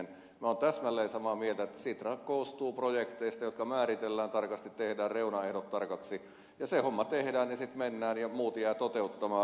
minä olen täsmälleen samaa mieltä että sitra koostuu projekteista jotka määritellään tarkasti tehdään reunaehdot tarkoiksi ja se homma tehdään ja sitten mennään ja muut jäävät toteuttamaan